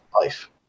life